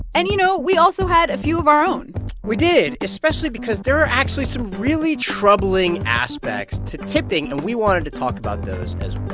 and, you know, we also had a few of our own we did, especially because there are actually some really troubling aspects to tipping. and we wanted to talk about those as